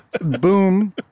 boom